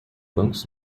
bancos